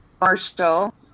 Marshall